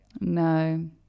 No